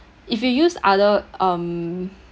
if you use other um